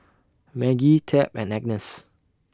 Maggie Tab and Agness